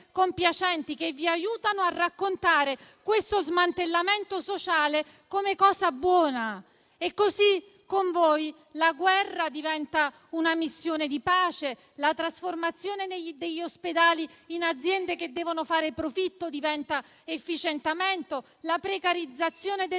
che vi aiutano a raccontare questo smantellamento sociale come cosa buona. Così con voi la guerra diventa una missione di pace, la trasformazione degli ospedali in aziende che devono fare profitto diventa efficientamento, la precarizzazione del